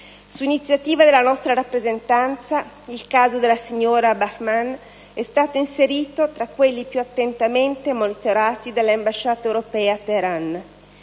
Su iniziativa della nostra rappresentanza, il caso della signora Bahrman è stato inserito tra quelli più attentamente monitorati dalle ambasciate europee a Teheran.